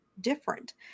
different